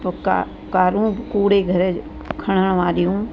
पुका कारूं कूड़े घर जूं खणण वारियूं